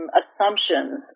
assumptions